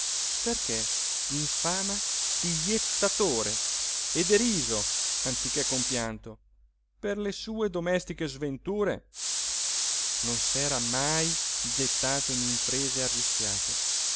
perché in fama di jettatore e deriso anziché compianto per le sue domestiche sventure non s'era mai gettato in imprese arrischiate